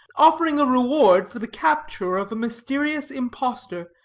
offering a reward for the capture of a mysterious impostor,